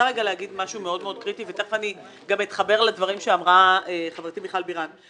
משהו מאוד מאוד קריטי ותכף אני גם אתחבר לדברים שאמרה חברתי מיכל בירן.